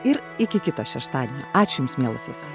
ir iki kito šeštadienio ačiū jums mielosios